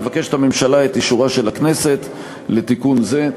מבקשת הממשלה את אישורה של הכנסת לתיקון זה.